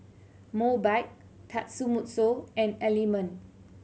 Mobike Tatsumoto and Element